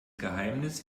geheimnis